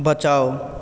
बचाउ